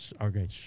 Okay